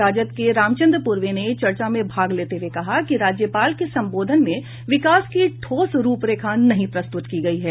राजद के रामचन्द्र पूर्वे ने चर्चा में भाग लेते हुए कहा कि राज्यपाल के संबोधन में विकास की ठोस रूप रेखा नहीं प्रस्तुत की गयी है